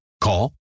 Call